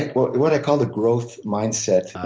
like what what i call the growth mindset,